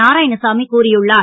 நாராயணசாமி கூறியுள்ளார்